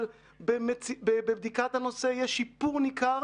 אבל בבדיקת הנושא יש שיפור ניכר